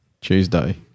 Tuesday